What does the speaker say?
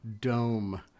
dome